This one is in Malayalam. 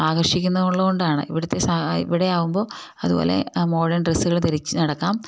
ആകർഷിക്കുന്നുവെന്നുള്ളത് കൊണ്ടാണ് ഇവിടുത്തെ ഇവിടെയാകുമ്പോള് അതുപോലെ മോഡേൺ ഡ്രസ്സുകള് ധരിച്ച് നടക്കാം